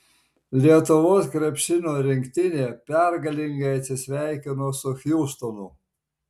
lietuvos krepšinio rinktinė pergalingai atsisveikino su hjustonu